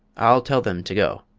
i'll tell them to go.